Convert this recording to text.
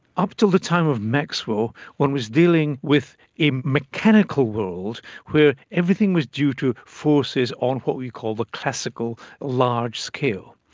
up until the time of maxwell, one was dealing with a mechanical world where everything was due to forces on what we call the classical large scale.